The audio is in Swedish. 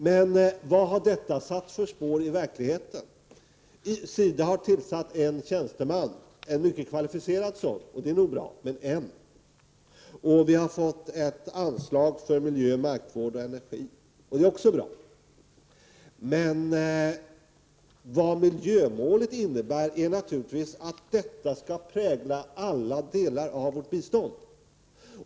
Men vad har detta satt för spår i verkligheten? SIDA har tillsatt en tjänsteman — en mycket kvalificerad sådan, och det är nog bra, men bara en — och vi har fått ett anslag för miljö, markvård och energi, och det är också bra. Men vad miljömålet innebär är naturligtvis att detta skall prägla alla delar av vårt bistånd.